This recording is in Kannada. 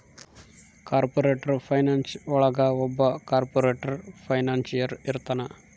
ಕಾರ್ಪೊರೇಟರ್ ಫೈನಾನ್ಸ್ ಒಳಗ ಒಬ್ಬ ಕಾರ್ಪೊರೇಟರ್ ಫೈನಾನ್ಸಿಯರ್ ಇರ್ತಾನ